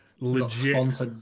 Legit